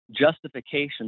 justification